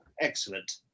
excellent